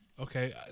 Okay